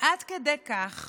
עד כדי כך